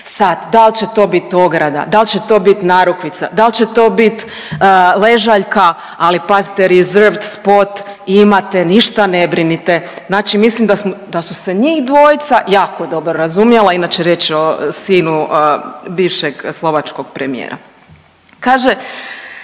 sad dal će to bit ograda, dal će to bit narukvica, dal će to bit ležaljka, ali pazite…/Govornik se ne razumije/…imate ništa ne brinite, znači mislim da su se njih dvojica jako dobro razumjela, inače riječ je o sinu bivšeg slovačkog premijera. Kaže,